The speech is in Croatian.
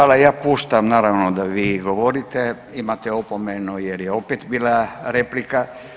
Hvala ja puštam naravno da vi govorite, imate opomenu jer je opet bila replika.